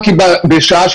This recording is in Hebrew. מוגבלת.